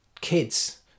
kids